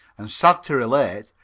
and sad to relate,